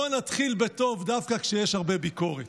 בואו נתחיל בטוב, דווקא כשיש הרבה ביקורת.